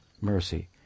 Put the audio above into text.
mercy